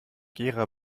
gera